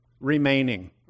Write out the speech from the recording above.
remaining